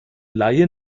laie